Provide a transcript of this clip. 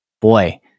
boy